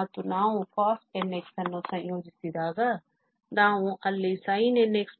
ಮತ್ತು ನಾವು cos nx ಅನ್ನು ಸಂಯೋಜಿಸಿದಾಗ ನಾವು ಅಲ್ಲಿ sin nx